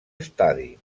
estadi